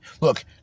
Look